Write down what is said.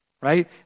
right